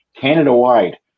Canada-wide